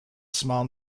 small